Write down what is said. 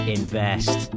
Invest